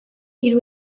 hiru